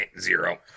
zero